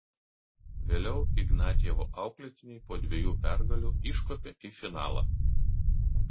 vėliau ignatjevo auklėtiniai po dviejų pergalių iškopė į finalą